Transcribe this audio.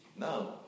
No